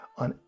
on